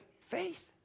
Faith